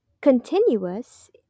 continuous